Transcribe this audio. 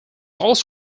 also